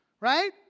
Right